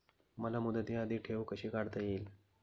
मला मुदती आधी ठेव कशी काढता येईल?